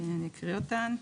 אני אקריא אותן,